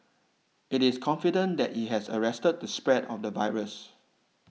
it is confident that it has arrested the spread of the virus